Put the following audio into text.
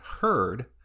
heard